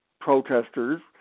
protesters